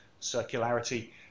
circularity